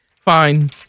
Fine